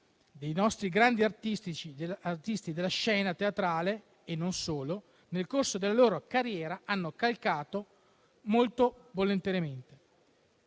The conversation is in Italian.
dei nostri grandi artisti della scena teatrale (e non solo) nel corso della loro carriera hanno calcato molto volontariamente.